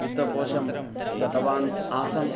वित्तकोशं गतवान् आसं